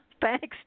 Thanks